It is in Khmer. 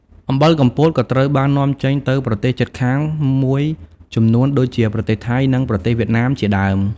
អំបិលកំពតក៏ត្រូវបាននាំចេញទៅប្រទេសជិតខាងមួយចំនួនដូចជាប្រទេសថៃនិងប្រទេសវៀតណាមជាដើម។